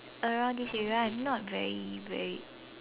around this area I'm not very very